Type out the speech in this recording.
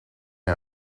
est